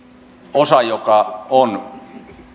osa joka on